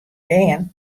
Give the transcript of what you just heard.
bern